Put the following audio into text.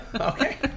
Okay